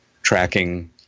tracking